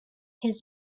his